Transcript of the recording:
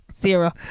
Zero